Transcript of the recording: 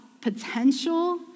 potential